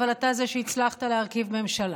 אבל אתה זה שהצליח להרכיב ממשלה.